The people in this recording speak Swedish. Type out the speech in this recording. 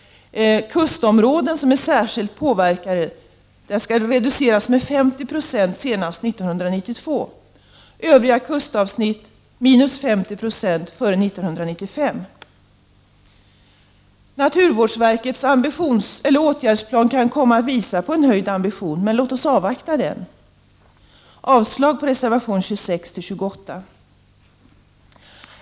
När det gäller kustområden som är särskilt påverkade skall reduktionen uppgå till 50 96 senast 1992, och när det gäller övriga kustavsnitt skall en reduktion på 50 96 ske före 1995. Naturvårdsverkets åtgärdsprogram kan komma att visa en högre ambition, men låt oss avvakta planen. Jag yrkar avslag på reservationerna 26-28.